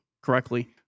correctly